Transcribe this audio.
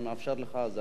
אני מאפשר לך את זה.